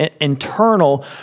internal